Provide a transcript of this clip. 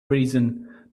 reason